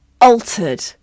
altered